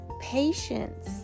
patience